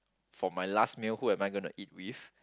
for my last meal who am I gonna eat with